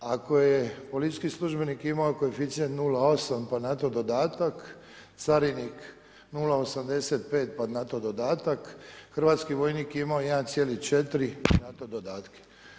Ako je policijski službenik imao koeficijent 0,8 pa na to dodatak, carinik 0,85 pa na to dodatak, hrvatski vojnik je imao 1,4 i na to dodatke.